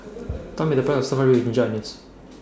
Tell Me The Price of Stir Fried Beef with Ginger Onions